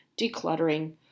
decluttering